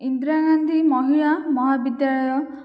ଇନ୍ଦିରାଗାନ୍ଧୀ ମହିଳା ମହାବିଦ୍ୟାଳୟ